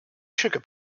sugar